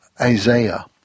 Isaiah